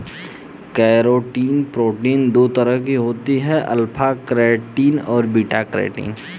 keratin protein दो तरह की होती है अल्फ़ा केरेटिन और बीटा केरेटिन